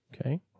Okay